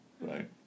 right